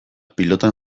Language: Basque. pilotan